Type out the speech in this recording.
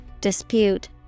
dispute